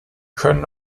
können